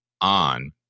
on